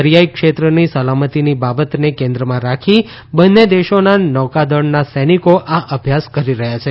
દરિયાઇ ક્ષેત્રની સલામતીની બાબતને કેન્દ્રમાં રાખી બંને દેશોના નૌકાદળોના સૈનિકો આ અભ્યાસ કરી રહયાં છે